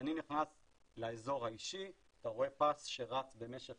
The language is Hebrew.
כשאני נכנס לאזור האישי אתה רואה פס שרץ במשך